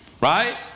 Right